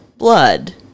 Blood